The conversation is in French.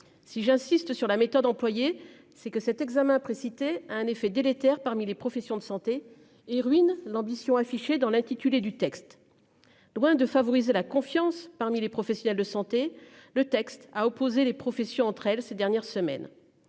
si j'insiste sur la méthode employée, c'est que cet examen précité a un effet délétère. Parmi les professions de santé et ruinent l'ambition affichée dans l'intitulé du texte. Loin de favoriser la confiance parmi les professionnels de santé. Le texte à opposer les professions entre elles ces dernières semaines.